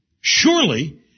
surely